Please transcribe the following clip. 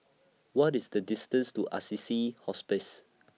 What IS The distance to Assisi Hospice